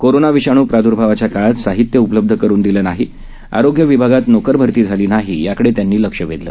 कोरोनाविषाणूप्रादुर्भावाच्याकाळातसाहित्यउपलब्धकरुनदिलंनाही आरोग्यविभागातनोकरभरतीझालीनाही याकडेत्यांनीलक्षवेधलं